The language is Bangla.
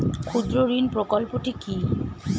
ক্ষুদ্রঋণ প্রকল্পটি কি?